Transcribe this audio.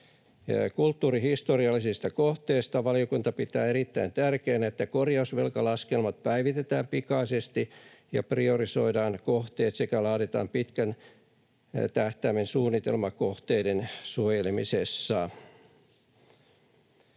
Kulttuurihistoriallisista kohteista: valiokunta pitää erittäin tärkeänä, että korjausvelkalaskelmat päivitetään pikaisesti ja priorisoidaan kohteet sekä laaditaan pitkän tähtäimen suunnitelma kohteiden suojelemisessa.